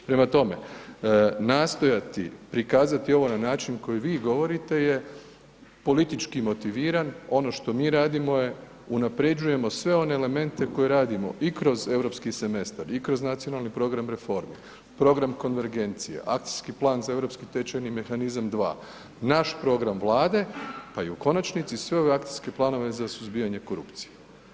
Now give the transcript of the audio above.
Prema tome, nastojati prikazati ovo na način koji vi govorite je politički motiviran, ono što mi radimo je unaprjeđuje sve one elemente koje radimo i kroz europski semestar i kroz nacionalni program reformi, program konvergencija, akcijski plan za europski tečajni mehanizam II, naš program Vlade pa i u konačnici, sve ove akcijske planove za suzbijanje korupcije.